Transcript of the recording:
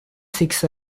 sikhs